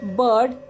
bird